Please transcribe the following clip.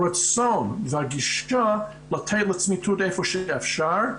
הרצון והגישה לתת לצמיתות איפה שאפשר,